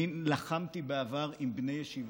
אני לחמתי בעבר עם בני ישיבות.